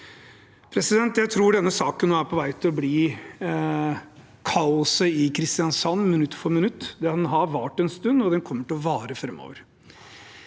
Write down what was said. Kristiansand. Jeg tror denne saken nå er på vei til å bli «Kaoset i Kristiansand minutt for minutt». Den har vart en stund, og den kommer til å vare framover.